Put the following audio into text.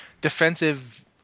defensive